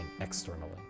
externally